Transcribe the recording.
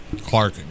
Clark